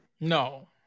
No